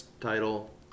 title